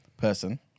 Person